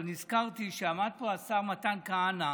אבל נזכרתי שעמד פה השר מתן כהנא